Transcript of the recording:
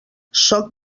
sóc